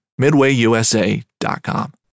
MidwayUSA.com